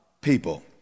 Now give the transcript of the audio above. People